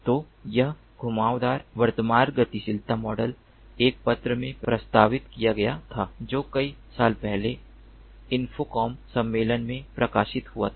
तो यह घुमावदार वर्तमान गतिशीलता मॉडल एक पत्र में प्रस्तावित किया गया था जो कई साल पहले इन्फोकॉम सम्मेलन में प्रकाशित हुआ था